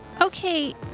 Okay